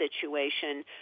situation